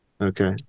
Okay